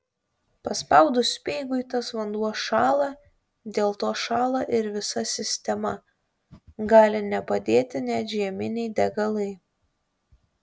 paspaudus speigui tas vanduo šąla dėl to šąla ir visa sistema gali nepadėti net žieminiai degalai